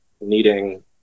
needing